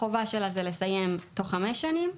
החובה שלה זה לסיים תוך חמש שנים.